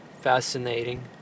fascinating